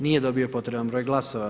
Nije dobio potreban broj glasova.